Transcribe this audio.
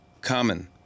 Common